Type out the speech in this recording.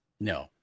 No